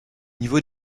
niveau